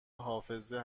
حافظه